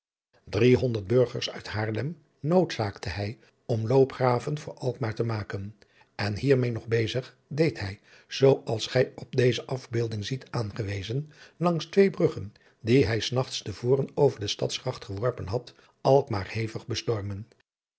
burgers uit haarlem noodzaakte hij om loopgraven voor alkmaar te adriaan loosjes pzn het leven van hillegonda buisman maken en hiermeê nog bezig deed hij zoo als gij op deze afbeelding ziet aangewezen langs twee bruggen die hij s nachts te voren over de stadsgracht geworpen had alkmaar hevig bestormen